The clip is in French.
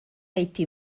été